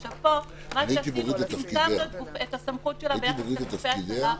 עכשיו פה מה שעשינו זה צמצמנו את הסמכות שלה ביחס לגופי הצלה אחרים.